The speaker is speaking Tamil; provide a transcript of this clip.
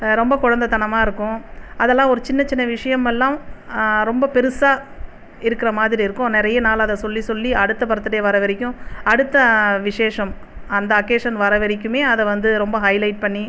ரொம்ப குழந்தத் தனமாக இருக்கும் அதெல்லாம் ஒரு சின்னச் சின்ன விஷயமெல்லாம் ரொம்ப பெருசாக இருக்கிற மாதிரி இருக்கும் நிறைய நாள் அதை சொல்லி சொல்லி அடுத்த பர்த்டே வர வரைக்கும் அடுத்த விசேஷம் அந்த அக்கேஷன் வர வரைக்குமே அதை வந்து ரொம்ப ஹைலைட் பண்ணி